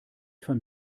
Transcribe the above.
van